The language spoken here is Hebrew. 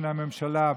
מן הממשלה,